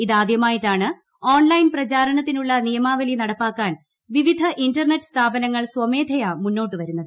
ഇത് ആദ്യമായിട്ടാണ് ഓൺലൈൻ പ്രചാരങ്ങ്ത്തിനുള്ള നിയമാവലി നടപ്പാക്കാൻ വിവിധ ഇന്റർനെറ്റ് സ്ഥാപനങ്ങൾ സ്വമേധയാ മുന്നോട്ട് വരുന്നത്